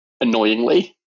annoyingly